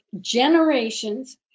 generations